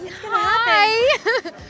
Hi